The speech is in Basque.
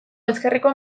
ezkerreko